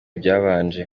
byabanje